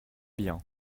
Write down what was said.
bien